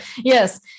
yes